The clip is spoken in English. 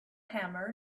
hammer